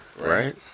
Right